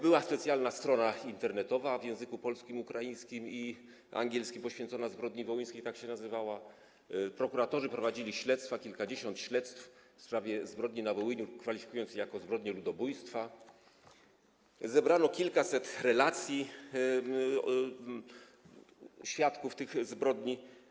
Była specjalna strona internetowa w językach polskim, ukraińskim i angielskim poświęcona zbrodni wołyńskiej - tak się nazywała - prokuratorzy prowadzili śledztwa, kilkadziesiąt śledztw w sprawie zbrodni na Wołyniu, kwalifikując ją jako zbrodnię ludobójstwa, zebrano kilkaset relacji świadków tych zbrodni.